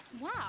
Wow